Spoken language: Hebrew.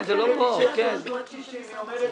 הקבינט אישר 360 מיליון.